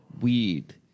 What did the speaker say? weed